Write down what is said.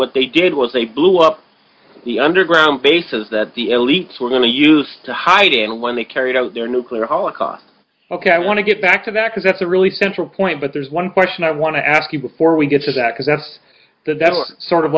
what they did was they blew up the underground bases that the elites were going to use to hide in when they carried out their nuclear holocaust ok i want to get back to that because that's a really central point but there's one question i want to ask you before we get to that because that's sort of